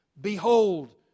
Behold